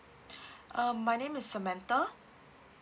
um my name is samantha